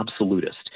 absolutist